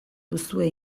duzue